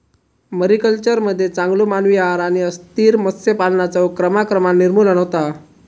मरीकल्चरमध्ये चांगलो मानवी आहार आणि अस्थिर मत्स्य पालनाचा क्रमाक्रमान निर्मूलन होता